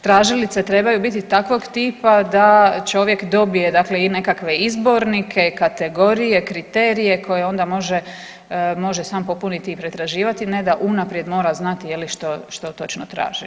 Tražilice trebaju biti takvog tipa da čovjek dobije dakle i nekakve izbornike, kategorije, kriterije koje onda može, može sam popuniti i pretraživati, ne da unaprijed mora znati je li što točno traži.